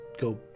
go